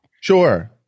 Sure